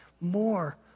more